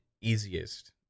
easiest